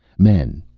men,